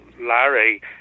Larry